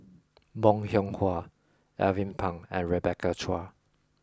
Bong Hiong Hwa Alvin Pang and Rebecca Chua